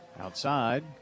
Outside